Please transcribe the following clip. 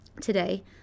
Today